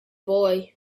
boy